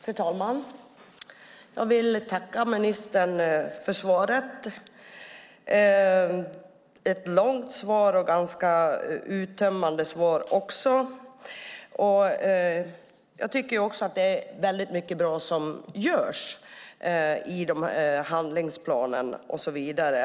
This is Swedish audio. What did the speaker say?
Fru talman! Jag vill tacka ministern för svaret. Det är ett långt och ganska uttömmande svar. Jag tycker att det är mycket bra som görs i handlingsplanen och så vidare.